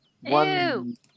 One